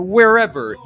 Wherever